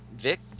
Vic